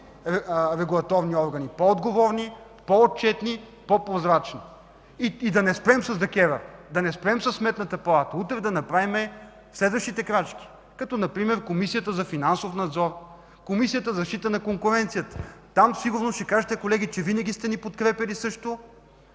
регулаторни органи – по-отговорни, по-отчетни, по-прозрачни. И да не спрем с ДКЕВР, да не спрем със Сметната палата, утре да направим следващите крачки, като например Комисията за финансов надзор, Комисията за защита на конкуренцията. Там сигурно ще кажете, колеги, че също винаги сте ни подкрепяли. Дано